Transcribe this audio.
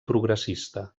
progressista